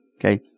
Okay